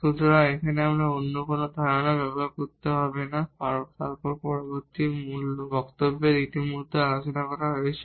সুতরাং এখানে আমাদের অন্য কোন ধারণা ব্যবহার করতে হবে না তারপর পূর্ববর্তী বক্তৃতায় ইতিমধ্যে আলোচনা করা হয়েছে